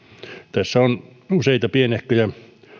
tässä on useita pienehköjä